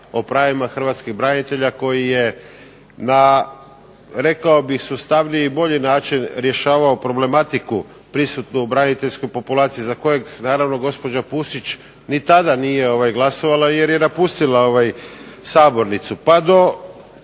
hrvatskih branitelja koji je rekao bih na sustavniji i bolji način rješavao problematiku prisutnu braniteljsku populacije za koju naravno gospođa Pusić ni tada nije glasovala jer je napustila sabornicu,